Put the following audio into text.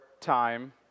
time